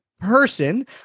person